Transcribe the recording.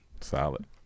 Solid